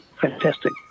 fantastic